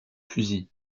fusil